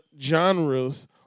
genres